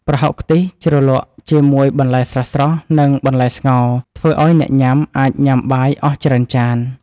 ប្រហុកខ្ទិះជ្រលក់ជាមួយបន្លែស្រស់ៗ និងបន្លែស្ងោរ ធ្វើឱ្យអ្នកញ៉ាំ អាចញ៉ាំបាយអស់ច្រើនចាន។